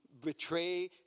betray